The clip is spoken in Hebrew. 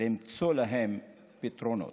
למצוא להם פתרונות.